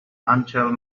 until